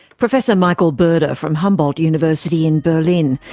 professor michael burda from humboldt university in berlin,